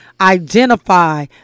identify